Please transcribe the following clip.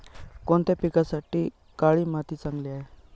कोणत्या पिकासाठी काळी माती चांगली आहे?